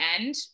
end